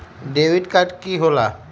Debit card की होला?